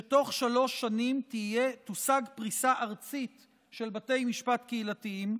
שתוך שלוש שנים תושג פריסה ארצית של בתי משפט קהילתיים,